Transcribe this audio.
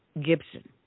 Gibson